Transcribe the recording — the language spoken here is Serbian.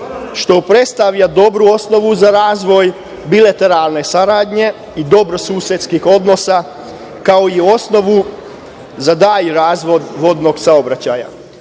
što predstavlja dobru osnovu za razvoj bilateralne saradnje i dobrosusedskih odnosa, kao i osnov za dalji razvoj vodnog saobraćaja.